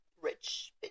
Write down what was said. rich